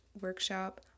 workshop